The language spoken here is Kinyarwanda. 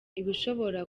ibishobora